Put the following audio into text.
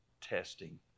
testing